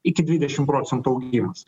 iki dvidešim procentų augimas